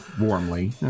warmly